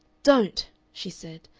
don't! she said,